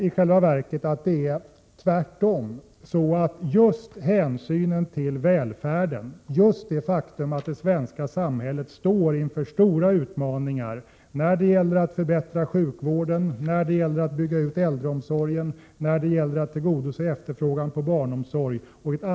I själva verket tror jag att just det faktum att det svenska samhället står inför stora utmaningar när det gäller sådant som att förbättra sjukvården, att bygga ut äldreomsorgen, att tillgodose efterfrågan på barnomsorg etc.